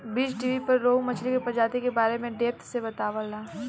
बीज़टीवी पर रोहु मछली के प्रजाति के बारे में डेप्थ से बतावता